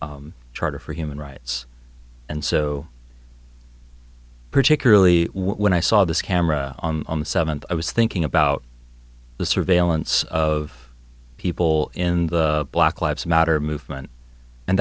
charter for human rights and so particularly when i saw this camera on the seventh i was thinking about the surveillance of people in the black lives matter movement